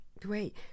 Great